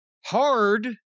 hard